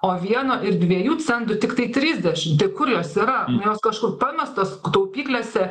o vieno ir dviejų centų tiktai trisdešim tai kur jos yra jos kažkur pamestos taupyklėse